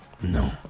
No